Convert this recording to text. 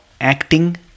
acting